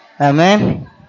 Amen